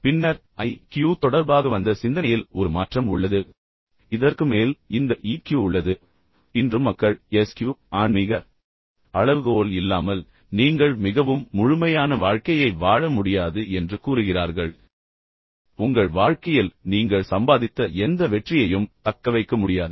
பின்னர் IQ தொடர்பாக வந்த சிந்தனையில் ஒரு மாற்றம் உள்ளது மேலும் இதற்கு மேல் இந்த EQ உள்ளது இன்று மக்கள் SQ இல்லாமல் அதாவது ஆன்மீக அளவுகோல் இல்லாமல் நீங்கள் மிகவும் முழுமையான வாழ்க்கையை வாழ முடியாது என்று கூறுகிறார்கள் உங்கள் வாழ்க்கையில் நீங்கள் சம்பாதித்த எந்த வெற்றியையும் தக்கவைக்க முடியாது